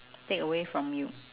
take away from you